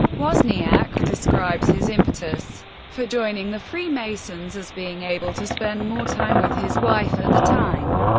wozniak describes his impetus for joining the freemasons as being able to spend more time with his wife at the time,